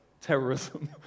terrorism